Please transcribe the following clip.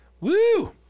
Woo